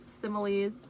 similes